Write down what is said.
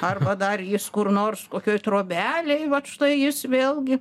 arba dar jis kur nors kokioj trobelėj vat štai jis vėlgi